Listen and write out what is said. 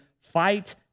fight